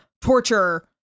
torture